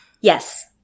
yes